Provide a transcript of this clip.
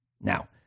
Now